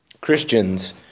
Christians